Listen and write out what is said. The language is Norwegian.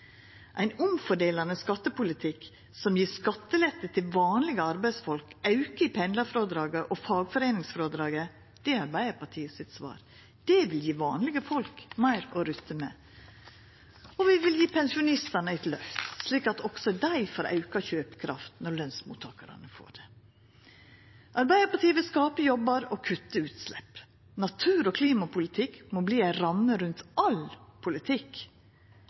Ein omfordelande skattepolitikk som gjev skattelette til vanlege arbeidsfolk og auke i pendlarfrådraget og fagforeiningsfrådraget, er svaret frå Arbeidarpartiet. Det vil gje vanlege folk meir å rutta med. Og vi vil gje pensjonistane eit løft, slik at også dei får auka kjøpekraft når lønsmottakarane får det. Arbeidarpartiet vil skapa jobbar og kutta utslepp. Natur- og klimapolitikk må verta ei ramme rundt all politikk.